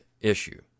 issue